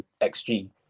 XG